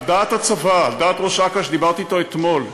על דעת הצבא, על דעת ראש אכ"א, שדיברתי אתו אתמול,